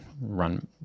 run